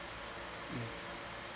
mm